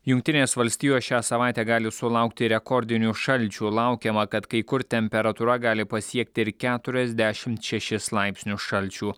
jungtinės valstijos šią savaitę gali sulaukti rekordinių šalčių laukiama kad kai kur temperatūra gali pasiekti ir keturiasdešim šešis laipsnius šalčio